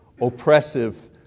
oppressive